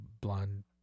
blonde